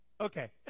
Okay